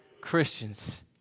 Christians